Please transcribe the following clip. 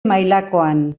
mailakoan